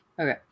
Okay